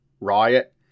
riot